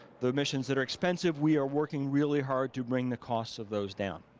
the missions that are expensive we are working really hard to bring the costs of those down.